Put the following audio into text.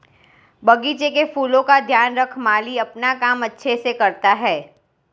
बगीचे के फूलों का ध्यान रख माली अपना काम अच्छे से करता है